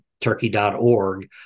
turkey.org